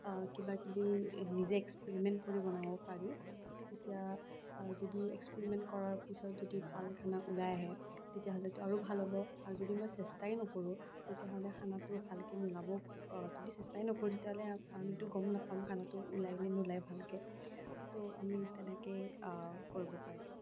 কিবাকিবি নিজে এক্সপিৰিমেণ্ট কৰি বনাব পাৰি তেতিয়া যদি এক্সপিৰিমেণত কৰাৰ পিছত যদি ভাল খানা ওলাই আহে তেতিয়াহ'লেতো আৰু ভাল হ'ব আৰু যদি মই চেষ্টাই নকৰোঁ তেতিয়াহ'লে খানাটো ভালকে নোলাব যদি চেষ্টাই নকৰোঁ তেতিয়াহ'লে আমিতো গম নাপাম খানাটো ওলাই নে নোলায় ভালকে ত' আমি তেনেকে কৰিব পাৰি